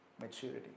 maturity